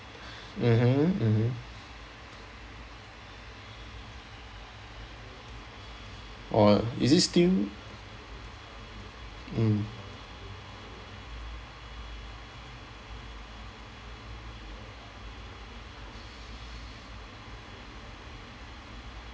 mmhmm mmhmm oh is it still mm